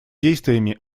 действиями